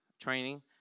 training